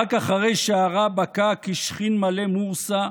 "רק אחרי שהרע בקע כשחין מלא מורסה,